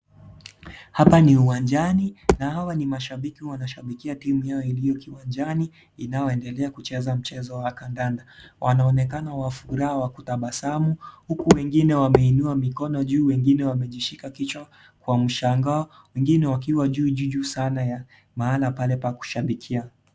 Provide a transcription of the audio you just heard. Hapa ni uwanjani na hapa ni mshabiki wanashabikia timun yao iliyo uwanjani inaoendelea kucheza mchezo wa kandanda. Wanaonekana kuwa na furaha wa kutabasamu huku wengine wameinua mikono juu, wengine wamejishika kichwa kwa mshangao, wengine wakija juu sana ya mahali pale pa kishabikia.